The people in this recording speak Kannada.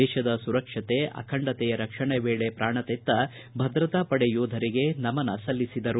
ದೇಶದ ಸುರಕ್ಷತೆ ಅಖಂಡತೆಯ ರಕ್ಷಣೆ ವೇಳೆ ಪ್ರಾಣತೆತ್ತ ಭದ್ರತಾ ಪಡೆ ಯೋಧರಿಗೆ ನಮನ ಸಲ್ಲಿಸಿದರು